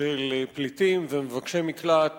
של פליטים ומבקשי מקלט